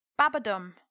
Babadum